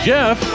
Jeff